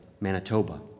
Manitoba